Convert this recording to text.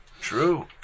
True